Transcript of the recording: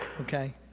okay